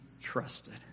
trusted